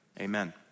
amen